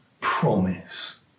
promise